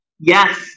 Yes